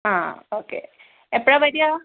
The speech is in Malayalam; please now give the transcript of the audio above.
ആഹ് ഓക്കേ എപ്പോഴാണ് വരുക